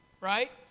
right